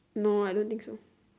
no I don't think so